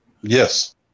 Yes